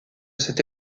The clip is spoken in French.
cette